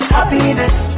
Happiness